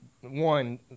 one